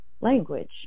language